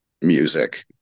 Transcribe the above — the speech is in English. music